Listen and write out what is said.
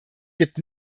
gibt